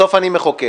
בסוף אני מחוקק.